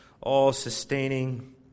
all-sustaining